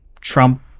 Trump